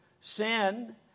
Sin